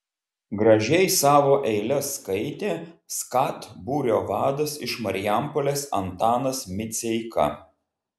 gražiai savo eiles skaitė skat būrio vadas iš marijampolės antanas miceika